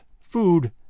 food